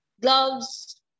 gloves